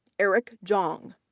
eric zhang,